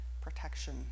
protection